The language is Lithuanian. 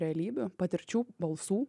realybių patirčių balsų